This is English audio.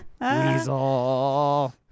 Weasel